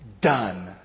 done